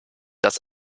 das